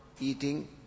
eating